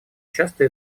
часто